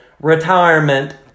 retirement